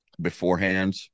beforehand